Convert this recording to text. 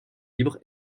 libre